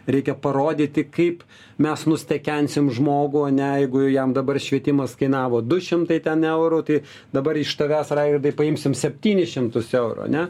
reikia parodyti kaip mes nustekensim žmogų ar ne jeigu jam dabar švietimas kainavo du šimtai ten eurų tai dabar iš tavęs raigardai paimsime septynis šimtus eurų ar ne